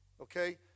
Okay